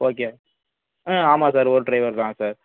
okay ம் ஆமாம் sir ஒரு டிரைவர் தான் சார்